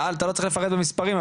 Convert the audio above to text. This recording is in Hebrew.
אתה לא צריך לפרט במספרים,